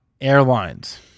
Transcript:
airlines